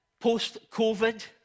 post-COVID